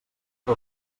que